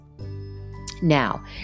Now